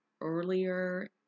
earlier